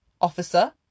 officer